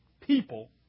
people